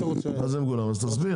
תסביר.